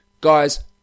Guys